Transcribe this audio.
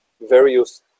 various